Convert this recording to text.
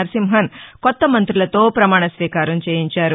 నరసింహన్ కొత్త మంతులతో పమాణస్వీకారం చేయించారు